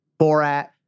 Borat